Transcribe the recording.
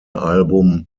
album